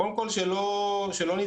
קודם כול, שלא נתבלבל.